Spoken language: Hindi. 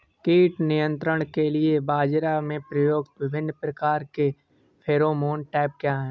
कीट नियंत्रण के लिए बाजरा में प्रयुक्त विभिन्न प्रकार के फेरोमोन ट्रैप क्या है?